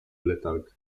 letarg